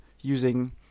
using